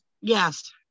yes